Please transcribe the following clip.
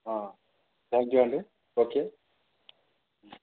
thank you అండి okay